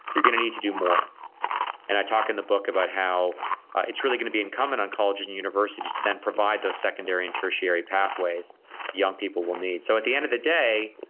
you're going to need to do more and i talk in the book about how it's really going to be incumbent on colleges and universities to then provide those secondary and tertiary pathways young people will need. so, at the end of the day,